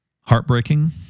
heartbreaking